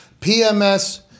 PMS